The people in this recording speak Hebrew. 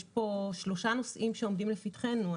יש פה שלושה נושאים שעומדים לפתחנו.